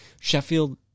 Sheffield